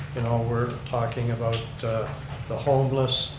and um we're talking about the homeless,